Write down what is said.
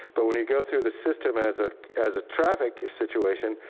but when you go through the system as ah as a traffic situation,